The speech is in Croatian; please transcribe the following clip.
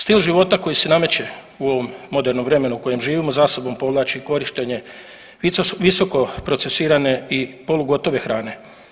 Stil života koji se nameće u ovom modernom vremenu u kojem živimo za sobom povlači korištenje visoko procesirane i polugotove hrane.